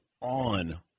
on